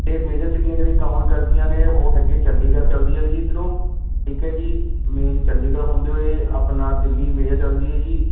ਇਹ ਮੇਜਰ ਸਿਟੀਆਂ ਜਿਹੜੀਆਂ ਕਾਉਂਟ ਕਰਦੀਆਂ ਨੇ ਉਹ ਹੈਗੇ ਚੰਡੀਗੜ੍ਹ ਚੱਲਦੀ ਹੈ ਜੀ ਇੱਧਰੋਂ ਠੀਕ ਹੈ ਜੀ ਮੇਨ ਚੰਡੀਗੜ੍ਹ ਹੁੰਦੇ ਹੋਏ ਆਪਣਾ ਦਿੱਲੀ ਮੇਜਰ ਚਲਦੀ ਹੈ ਜੀ